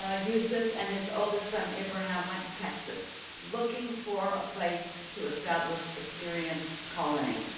ah yosef and his oldest son, abraham, went to texas looking for a place to establish a syrian colony,